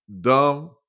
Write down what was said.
dumb